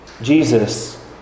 Jesus